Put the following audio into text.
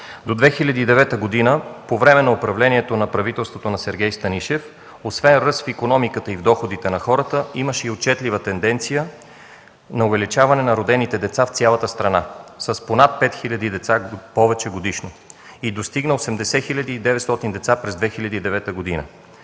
До 2009 г., по време на управлението на правителството на Сергей Станишев, освен ръст в икономиката и доходите на хората, имаше и отчетлива тенденция на увеличаване на родените деца в цялата страна с по над 5 хил. деца повече годишно и достигна 80 900 деца през 2009 г.